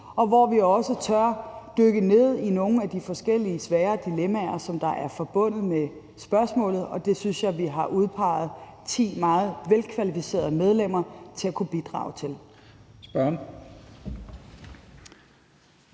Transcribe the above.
og hvor vi også tør dykke ned i nogle af de forskellige svære dilemmaer, som er forbundet med spørgsmålet, og det synes jeg vi har udpeget ti meget velkvalificerede medlemmer til at kunne bidrage til.